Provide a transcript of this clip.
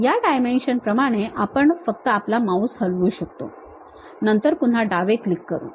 या डायमेंशनप्रमाणे आपण फक्त आपला माउस हलवू शकतो नंतर पुन्हा एक डावे क्लीक करू